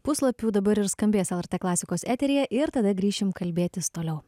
puslapių dabar ir skambės lrt klasikos eteryje ir tada grįšime kalbėtis toliau